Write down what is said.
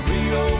Rio